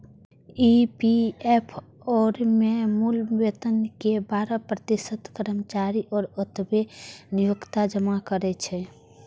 EPFO मे मूल वेतन के बारह प्रतिशत कर्मचारी आ ओतबे नियोक्ता जमा करै छै